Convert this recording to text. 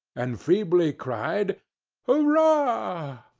and feebly cried hurrah!